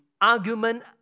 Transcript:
argument